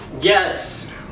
Yes